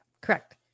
Correct